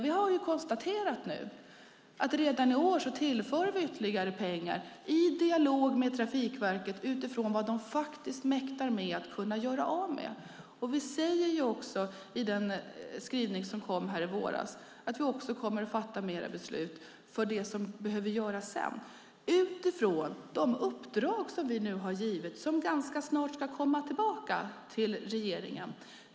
Vi har nu konstaterat att vi redan i år tillför ytterligare pengar i dialog med Trafikverket utifrån vad de faktiskt mäktar med att kunna göra av med. Vi säger också i den skrivning som kom i våras att vi kommer att fatta fler beslut om det som behöver göras sedan utifrån de uppdrag som vi nu har givit och som ganska snart ska komma tillbaka till regeringen.